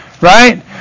Right